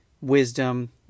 wisdom